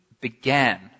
began